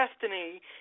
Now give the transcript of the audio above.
destiny